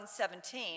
2017